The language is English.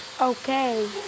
Okay